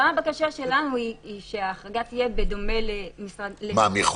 גם הבקשה שלנו היא שההחרגה תהיה בדומה למשרד מבקר המדינה.